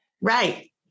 right